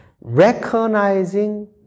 recognizing